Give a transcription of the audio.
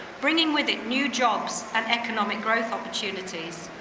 bringing with it new jobs and economic growth opportunities.